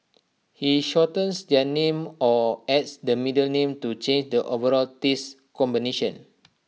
he shortens their names or adds the middle name to change the overall taste combination